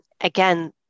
again